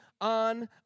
on